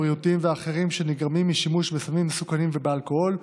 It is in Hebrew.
הבריאותיים ואחרים שנגרמים משימוש בסמים מסוכנים ובאלכוהול,